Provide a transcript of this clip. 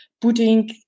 putting